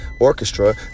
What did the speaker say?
orchestra